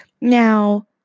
Now